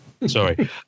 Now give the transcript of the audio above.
Sorry